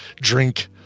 drink